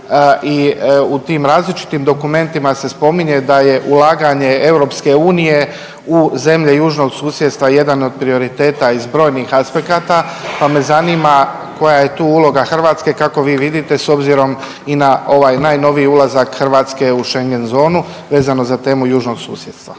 i u tim različitim dokumentima se spominje da je ulaganje EU u zemlje Južnog susjedstva jedan od prioriteta iz brojnih aspekata, pa me zanima koja je tu uloga Hrvatske i kako vi vidite s obzirom i na ovaj najnoviji ulazak Hrvatske u schengen zonu vezano za temu Južnog susjedstva,